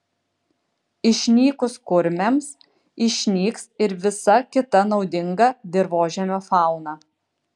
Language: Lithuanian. išnykus kurmiams išnyks ir visa kita naudinga dirvožemio fauna